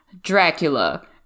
dracula